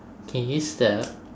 can you stop